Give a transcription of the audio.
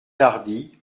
tardy